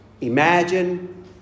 Imagine